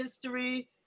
history